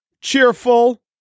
cheerful